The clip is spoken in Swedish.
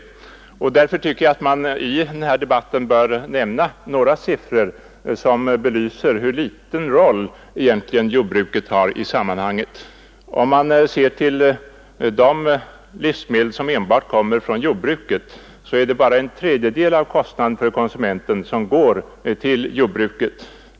Därför tycker jag att man i den här debatten bör nämna några siffror som belyser hur liten roll jordbruket egentligen spelar i sammanhanget. Om man ser till de livsmedel som enbart kommer från jordbruket är det bara en tredjedel av kostnaden för konsumenten som går till jordbruket.